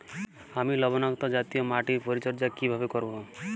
আমি লবণাক্ত জাতীয় মাটির পরিচর্যা কিভাবে করব?